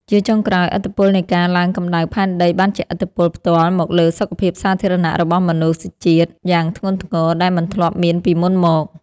ជាចុងក្រោយ ឥទ្ធិពលនៃការឡើងកម្ដៅផែនដីបានជះឥទ្ធិពលផ្ទាល់មកលើសុខភាពសាធារណៈរបស់មនុស្សជាតិយ៉ាងធ្ងន់ធ្ងរដែលមិនធ្លាប់មានពីមុនមក។